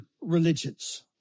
religions